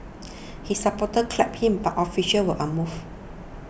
his supporters clapped him but officials were unmoved